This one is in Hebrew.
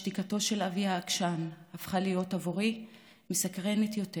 שתיקתו של אבי העקשן הפכה להיות מסקרנת יותר